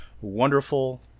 wonderful